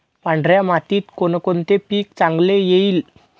पांढऱ्या मातीत कोणकोणते पीक चांगले येईल?